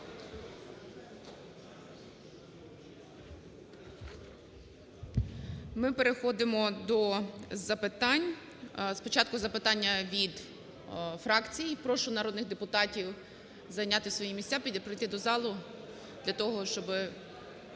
Ми переходимо до запитань. Спочатку запитання від фракцій. Прошу народних депутатів зайняти свої місця пройти до залу для того, щоби